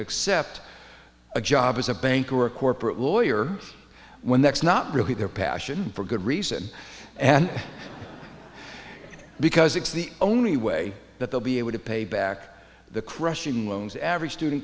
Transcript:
accept a job as a banker or a corporate lawyer when that's not really their passion for good reason and because it's the only way that they'll be able to pay back the crushing loans average student